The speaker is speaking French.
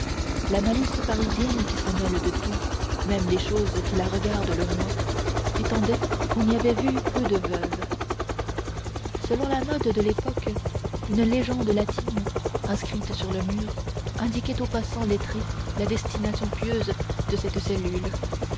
la malice parisienne qui se mêle de tout même des choses qui la regardent le moins prétendait qu'on y avait vu peu de veuves selon la mode de l'époque une légende latine inscrite sur le mur indiquait au passant lettré la destination pieuse de cette cellule